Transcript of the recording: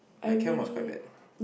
my chem was quite bad